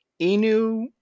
inu